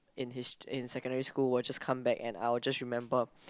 in his~ in secondary school will just come back and I will just remember